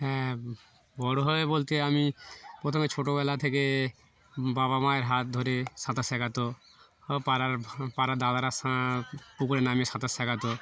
হ্যাঁ বড়ো হয়ে বলতে আমি প্রথমে ছোটোবেলা থেকে বাবা মায়ের হাত ধরে সাঁতার শেখাতো ও পাড়ার পাড়ার দাদারা সা পুকুরে নামিয়ে সাঁতার শেখাতো